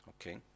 okay